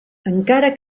encara